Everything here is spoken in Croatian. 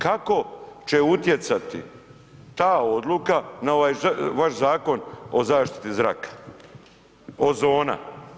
Kako će utjecati ta odluka na ovaj vaš Zakon o zaštiti zraka, ozona?